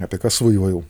apie ką svajojau